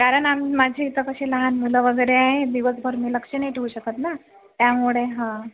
कारण आज माझी इथे कशी लहान मुलं वगैरे आहे दिवसभर मी लक्ष नाही ठेवू शकत ना त्यामुळे हां